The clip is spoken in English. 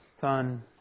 Son